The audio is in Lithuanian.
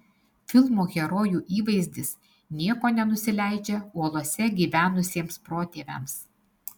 filmo herojų įvaizdis nieko nenusileidžia uolose gyvenusiems protėviams